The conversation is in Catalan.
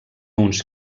uns